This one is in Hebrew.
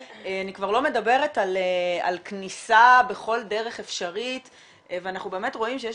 אני כבר לא מדברת על כניסה בכל דרך אפשרית ואנחנו באמת רואים שיש